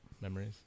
memories